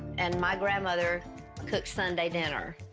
and my grandmother cooked sunday dinner.